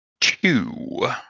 two